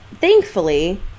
Thankfully